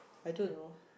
I don't know